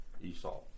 Esau